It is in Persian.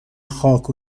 خاک